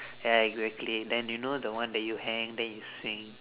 ya exactly then you know the one that you hang then you swing